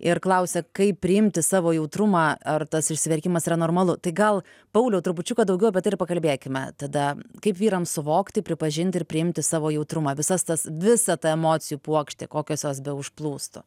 ir klausia kaip priimti savo jautrumą ar tas išsiverkimas yra normalu tai gal pauliau trupučiuką daugiau apie tai ir pakalbėkime tada kaip vyrams suvokti pripažinti ir priimti savo jautrumą visas tas visą tą emocijų puokštė kokios jos beužplūstų